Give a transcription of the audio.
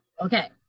Okay